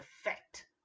effect